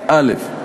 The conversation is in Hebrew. א.